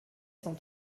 cent